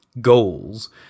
goals